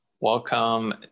welcome